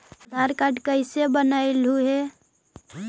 आधार card कईसे बनैलहु हे?